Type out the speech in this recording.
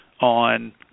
on